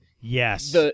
Yes